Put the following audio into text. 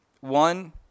One